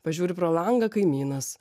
pažiūri pro langą kaimynas